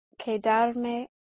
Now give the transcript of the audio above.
quedarme